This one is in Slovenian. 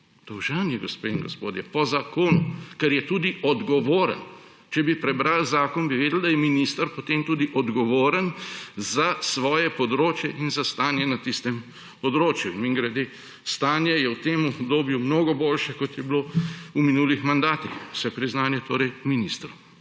Dolžan je, gospe in gospodje, po zakonu, ker je tudi odgovoren. Če bi prebrali zakon, bi vedeli, da je minister potem tudi odgovoren za svoje področje in za stanje na tistem področju. Mimogrede, stanje je v tem obdobju mnoge boljše, kot je bilo v minulih mandatih, vse priznanje torej ministru.